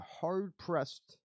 hard-pressed